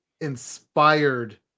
inspired